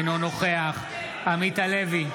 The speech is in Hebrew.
אינו נוכח עמית הלוי,